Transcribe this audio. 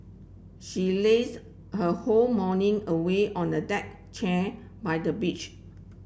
she lazed her whole morning away on the deck chair by the beach